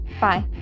Bye